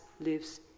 lives